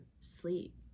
sleep